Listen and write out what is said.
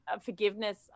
forgiveness